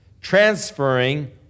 transferring